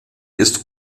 ist